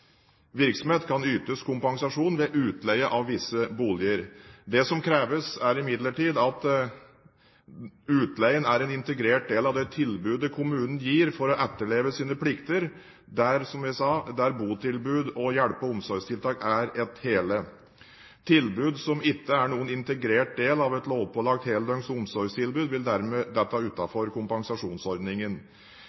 virksomhet kan ytes kompensasjon ved utleie av visse boliger. Det kreves imidlertid at utleien er en integrert del av det tilbudet kommunen gir for å etterleve sine plikter der – som jeg sa – botilbud og hjelpe- og omsorgstiltak er et nødvendig hele. Tilbud som ikke er noen integrert del av et lovpålagt heldøgns omsorgstilbud, vil dermed